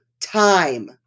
time